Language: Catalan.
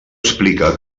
explica